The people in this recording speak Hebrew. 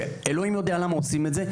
שאלוהים יודע למה עושים את זה,